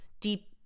deep